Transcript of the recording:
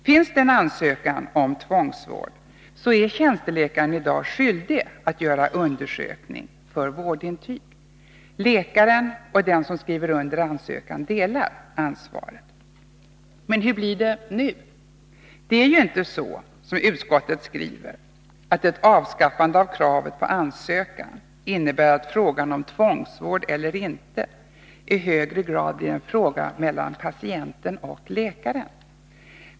Finns en ansökan om tvångsvård är tjänsteläkaren i dag skyldig att göra undersökning för vårdintyg. Läkaren och den som skriver under ansökan delar ansvaret. Men hur blir det nu? Det är ju inte så som utskottet skriver att ett avskaffande av kravet på ansökan innebär att frågan om tvångsvård eller inte i högre grad blir en fråga mellan patienten och läkaren.